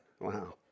Wow